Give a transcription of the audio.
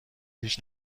هیچ